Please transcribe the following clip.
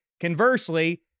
Conversely